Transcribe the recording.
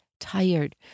tired